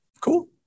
Cool